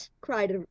cried